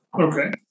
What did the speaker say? Okay